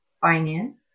finance